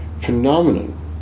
phenomenon